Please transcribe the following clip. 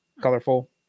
colorful